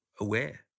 aware